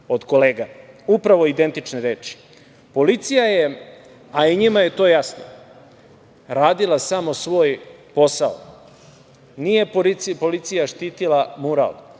od kolega. Upravo identične reči. Policija je, a i njima je to jasno, radila samo svoj posao. Nije policija štitila mural,